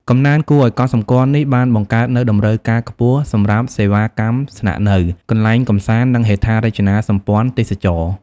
កំណើនគួរឲ្យកត់សម្គាល់នេះបានបង្កើតនូវ តម្រូវការខ្ពស់សម្រាប់ សេវាកម្មស្នាក់នៅ កន្លែងកម្សាន្ត និងហេដ្ឋារចនាសម្ព័ន្ធទេសចរណ៍។